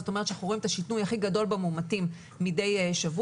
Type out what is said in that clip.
זאת אומרת שאנחנו רואים את השינוי הכי גדול במאומתים מדי שבוע,